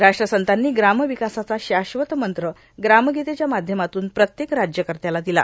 राष्ट्रसंतांनी ग्रामविकासाचा शाश्वत मंत्र ग्रामगीतेच्या माध्यमातून प्रत्येक राज्यकर्त्याला दिला